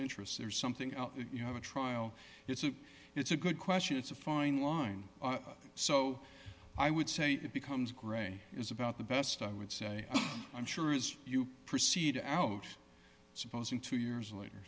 interests or something else you have a trial it's a it's a good question it's a fine line so i would say it becomes gray is about the best i would say i'm sure as you proceed out supposing two years later